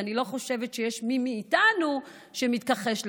ואני לא חושבת שיש מי מאיתנו שמתכחש לכך.